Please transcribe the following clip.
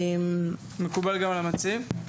מקובל גם על המציעים?